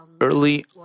Early